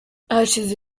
hashize